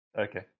okay